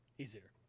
Easier